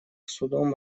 судом